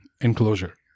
enclosure